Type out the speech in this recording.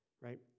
right